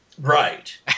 Right